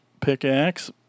pickaxe